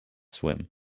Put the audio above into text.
swim